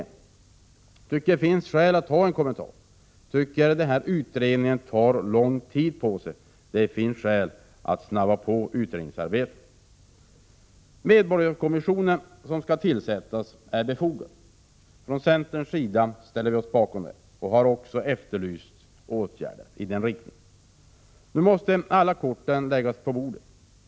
Jag tycker det finns skäl att göra en sådan, men denna utredning tar för lång tid på sig. Det finns således skäl att påskynda utredningsarbetet. Den medborgarkommission som skall tillsättas är befogad. Centern ställer sig bakom detta beslut och har också efterlyst åtgärder i den riktningen. Nu måste alla kort läggas på bordet.